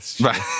right